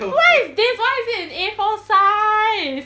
what is this why is it in A four size